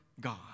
God